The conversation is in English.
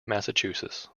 massachusetts